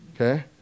Okay